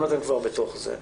אם אתם כבר בתוך זה,